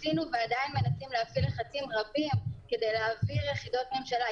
ניסינו ועדיין מנסים להפעיל לחצים רבים כדי להעביר יחידות ממשלה.